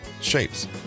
shapes